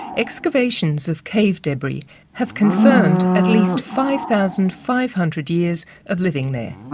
excavations of cave debris have confirmed at least five thousand five hundred years of living there.